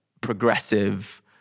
progressive